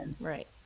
right